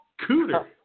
Cooter